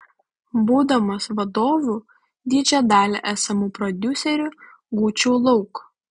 būdamas vadovu didžiąją dalį esamų prodiuserių guičiau lauk